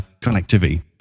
connectivity